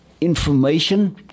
information